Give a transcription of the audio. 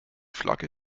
flagge